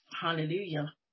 Hallelujah